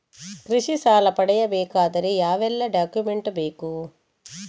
ಕೃಷಿ ಸಾಲ ಪಡೆಯಬೇಕಾದರೆ ಯಾವೆಲ್ಲ ಡಾಕ್ಯುಮೆಂಟ್ ಬೇಕು?